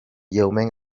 lleument